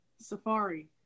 safari